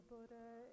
Buddha